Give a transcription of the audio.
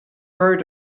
heard